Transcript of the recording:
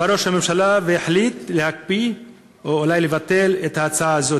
בא ראש הממשלה והחליט להקפיא ואולי לבטל את ההצעה הזאת.